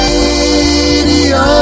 Radio